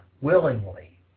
willingly